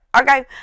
okay